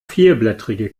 vierblättrige